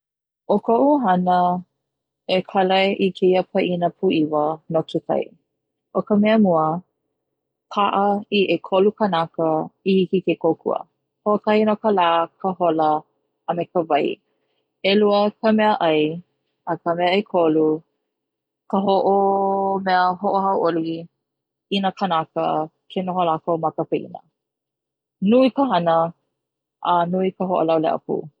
O koʻu hana e kalai i keia paʻina puʻiwa no kekahi, o ka mea mua paʻa i ʻekolu kanaka i hiki ke kokua, hoʻokahi no ka lā, ka hola a me ka wahi ʻelua ka meaʻai, a ka mea ʻekolu ka mea mea hoʻohauʻoli i na kanaka ke noho lakou ma ka paʻina nui ka hana a nui ka hoʻolauleʻa pū.